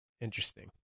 Interesting